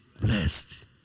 blessed